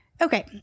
okay